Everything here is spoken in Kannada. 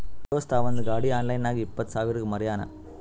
ನಮ್ ದೋಸ್ತ ಅವಂದ್ ಗಾಡಿ ಆನ್ಲೈನ್ ನಾಗ್ ಇಪ್ಪತ್ ಸಾವಿರಗ್ ಮಾರ್ಯಾನ್